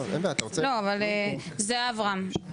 זה אברהם.